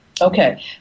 okay